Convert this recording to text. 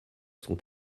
sont